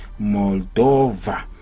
Moldova